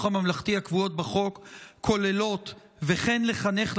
הממלכתי הקבועות בחוק כוללות "וכן לחנך,